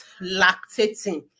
lactating